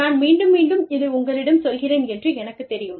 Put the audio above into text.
நான் மீண்டும் மீண்டும் இதை உங்களிடம் சொல்கிறேன் என்று எனக்குத் தெரியும்